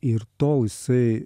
ir tol jisai